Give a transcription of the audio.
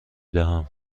دهم